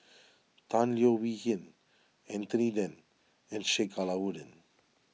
Tan Leo Wee Hin Anthony then and Sheik Alau'ddin